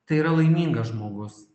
tai yra laimingas žmogus